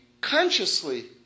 consciously